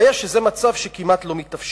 הבעיה היא שזה מצב שכמעט לא מתאפשר.